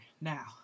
Now